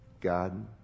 God